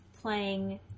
playing